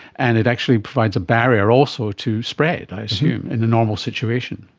and it actually provides a barrier also to spread i assume in a normal situation.